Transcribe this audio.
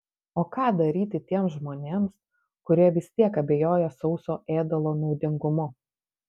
o ką daryti tiems žmonėms kurie vis tiek abejoja sauso ėdalo naudingumu